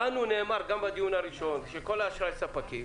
לנו נאמר גם בדיון הראשון שכל אשראי הספקים